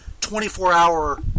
24-hour